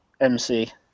MC